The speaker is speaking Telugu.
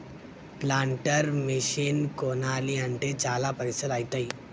ప్లాంటర్ మెషిన్ కొనాలి అంటే చాల పైసల్ ఐతాయ్